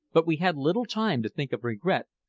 but we had little time to think of regret.